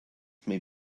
may